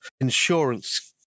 insurance